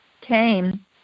came